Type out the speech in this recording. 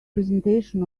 presentation